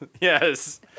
Yes